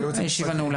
הישיבה נעולה.